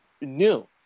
new